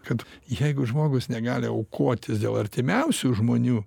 kad jeigu žmogus negali aukotis dėl artimiausių žmonių